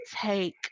take